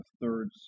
third